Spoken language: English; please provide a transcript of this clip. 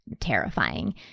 terrifying